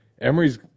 Emory's